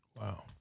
Wow